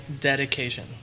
dedication